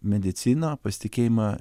medicina pasitikėjimą